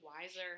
wiser